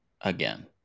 again